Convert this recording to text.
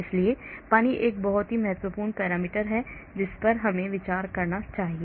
इसलिए पानी एक बहुत महत्वपूर्ण पैरामीटर है जिस पर हमें विचार करना चाहिए